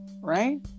right